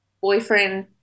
boyfriend